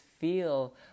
feel